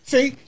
See